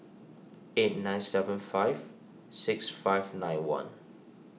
eight nine seven five six five nine one